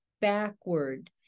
backward